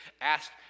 asked